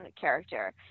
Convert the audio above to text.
character